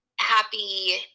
happy